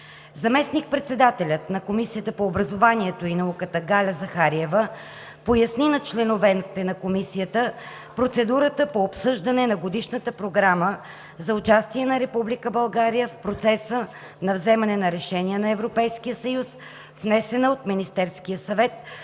Заместник-председателят на Комисията по образованието и науката Галя Захариева поясни на членовете на Комисията процедурата по обсъждане на Годишната програма за участие на Република България в процеса на вземане на решения на Европейския съюз, внесена от Министерския съвет,